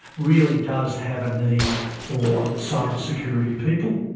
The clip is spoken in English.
really does have a need for cyber security people.